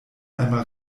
einmal